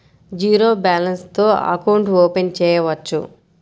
Zero balance తో account open చేయవచ్చు?